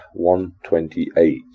128